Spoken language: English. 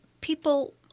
people